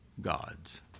gods